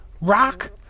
Rock